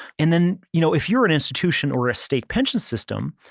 and then you know if you're an institution or a state pension system,